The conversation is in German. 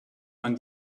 man